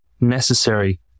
Necessary